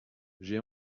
j’ai